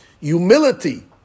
humility